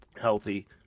healthy